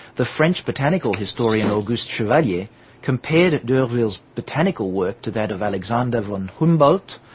the french botanical historian auguste chevalier compared d'urville's botanical work to that of alexander von humboldt,